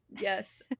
Yes